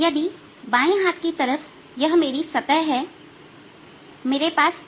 यदि बाएं हाथ की तरफ यह मेरी सतह है मेरे पास यह विस्थापन है